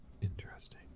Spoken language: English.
Interesting